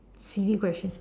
silly question